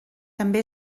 també